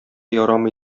ярамый